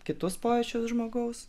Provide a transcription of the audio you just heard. kitus pojūčius žmogaus